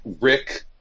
Rick